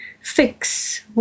fix